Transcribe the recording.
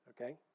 okay